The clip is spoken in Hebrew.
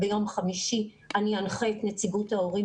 ביום חמישי אני אנחה את נציגות ההורים